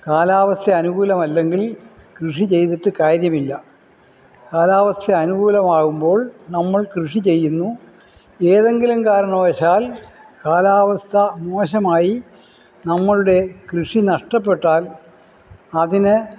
കാലാവസ്ഥ അനുകൂലമല്ലെങ്കിൽ കൃഷി ചെയ്തിട്ട് കാര്യമില്ല കാലാവസ്ഥ അനുകൂലമാകുമ്പോൾ നമ്മൾ കൃഷി ചെയ്യുന്നു ഏതെങ്കിലും കാരണവശാൽ കാലാവസ്ഥ മോശമായി നമ്മുടെ കൃഷി നഷ്ടപ്പെട്ടാൽ അതിന്